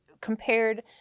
compared